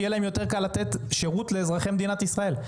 כדי שיהיה להם יותר קל לתת שירות לאזרחי מדינת ישראל.